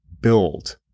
Build